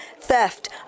theft